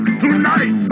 tonight